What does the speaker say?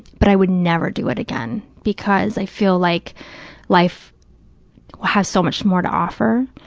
but i would never do it again, because i feel like life has so much more to offer,